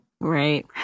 Right